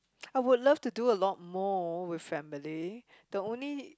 I would love to do a lot more with family the only